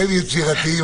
אתם יצירתיים,